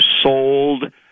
sold